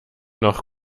noch